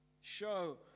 Show